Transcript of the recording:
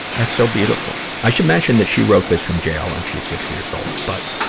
that's so beautiful. i should mention that she wrote this from jail, and she's six years old. but,